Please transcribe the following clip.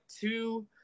two